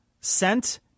sent